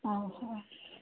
ହଉ ହଉ